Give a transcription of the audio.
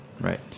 Right